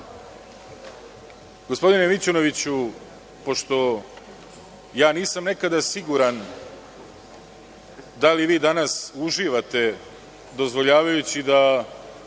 sali. Gospodine Mićunoviću, pošto ja nisam nekada siguran da li vi danas uživate dozvoljavajući da